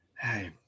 hey